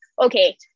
okay